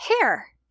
hair